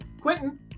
Quentin